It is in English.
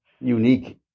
unique